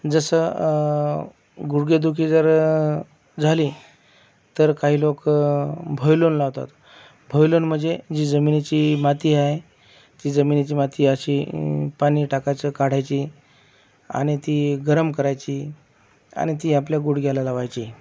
जसं गुडघेदुखी जर झाली तर काही लोक भुईलोण लावतात भुईलोण म्हणजे जी जमिनीची माती आहे ती जमिनीची माती अशी पाणी टाकायचं काढायची आणि ती गरम करायची आणि ती आपल्या गुडघ्याला लावायची